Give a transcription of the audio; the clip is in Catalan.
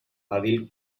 edil